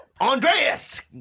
Andreas